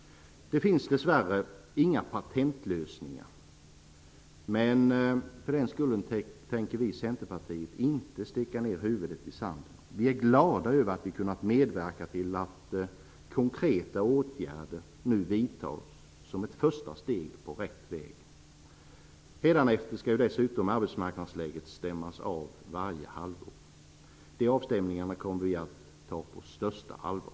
Det finns dessvärre inga patentlösningar, men för den skull tänker vi i Centerpartiet inte sticka ned huvudet i sanden. Vi är glada över att vi har kunnat medverka till att konkreta åtgärder nu vidtas som ett första steg på rätt väg. Hädanefter skall dessutom arbetsmarknadsläget stämmas av varje halvår. Dessa avstämningar kommer vi att ta på största allvar.